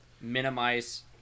minimize